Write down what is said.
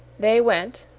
they went,